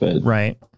Right